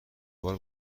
بار